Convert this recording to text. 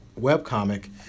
webcomic